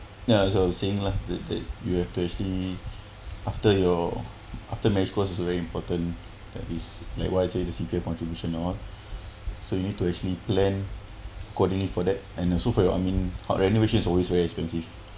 ya as I was saying lah you have to actually after your after marriage cost is very important at least like why I say the C_P_F contribution oh so you need to actually plan accordingly for that and also for your I mean renovation is always very expensive